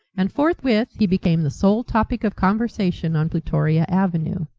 and forthwith he became the sole topic of conversation on plutoria avenue.